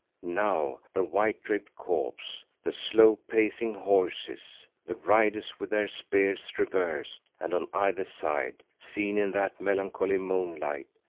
now the white-draped corpse, the slow-pacing horses, the riders with their spears reversed, and on either side, seen in that melancholy moonlight,